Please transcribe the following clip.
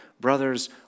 Brothers